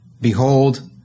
Behold